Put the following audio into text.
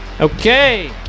Okay